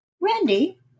Randy